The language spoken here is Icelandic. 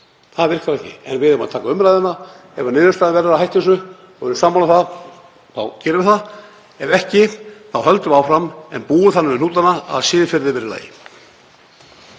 Það virkar ekki. En við eigum að taka umræðuna. Ef niðurstaðan verður að hætta þessu og við erum sammála um það þá gerum við það. Ef ekki, þá höldum áfram en búum þannig um hnútana að siðferðið verði í lagi.